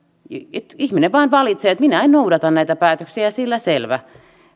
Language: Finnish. että ihminen vain valitsee että minä en noudata näitä päätöksiä ja sillä selvä